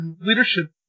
leadership